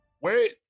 wait